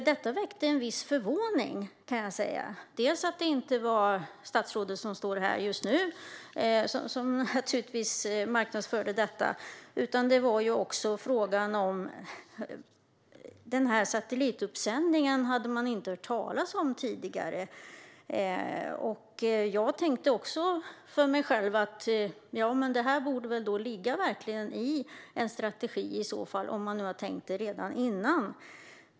Det väckte en viss förvåning, dels för att det inte var det statsråd som står här som marknadsförde detta, dels för att man inte tidigare hade hört talas om denna satellituppskjutning. Själv tänkte jag att detta väl verkligen borde ligga i en strategi om man har tänkt det redan innan.